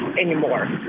anymore